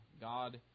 God